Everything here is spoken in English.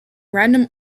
random